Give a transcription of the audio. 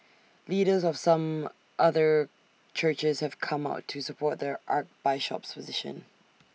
leaders of some other churches have come out to support there Archbishop's position